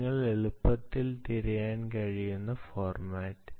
നിങ്ങൾക്ക് എളുപ്പത്തിൽ തിരയാൻ കഴിയുന്ന ഫോർമാറ്റ്